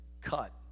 cut